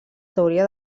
teoria